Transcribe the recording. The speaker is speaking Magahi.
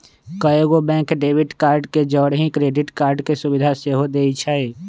कएगो बैंक डेबिट कार्ड के जौरही क्रेडिट कार्ड के सुभिधा सेहो देइ छै